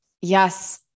Yes